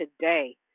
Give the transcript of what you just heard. today